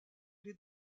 les